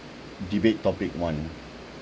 debate topic one